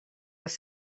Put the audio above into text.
les